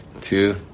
two